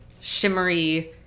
shimmery